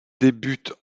débute